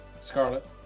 Scarlet